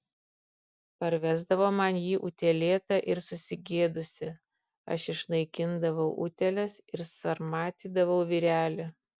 parvesdavo man jį utėlėtą ir susigėdusį aš išnaikindavau utėles ir sarmatydavau vyrelį